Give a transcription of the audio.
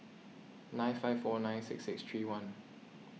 nine five four nine six six three one